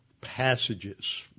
passages